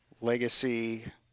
legacy